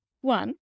One